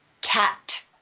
cat